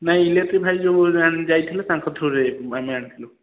ନାଇଁ ଇଲେକ୍ଟ୍ରି ଭାଇ ଯେଉଁ ଯାଇଥିଲେ ତାଙ୍କ ଥ୍ରୂରୁ ଯାଇଥିଲୁ ଆମେ ଆଣିଥିଲୁ